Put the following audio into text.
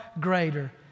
greater